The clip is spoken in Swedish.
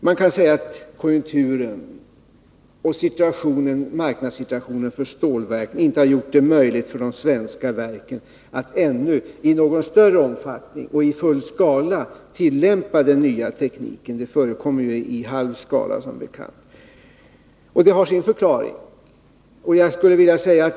Man kan säga att konjunkturen och marknadssituationen för stålverk inte har gjort det möjligt för svenska verk att ännu i någon större omfattning och i full skala tillämpa den nya tekniken. Försök i halv skala förekommer, som bekant. Detta har sin förklaring.